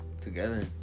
together